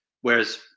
whereas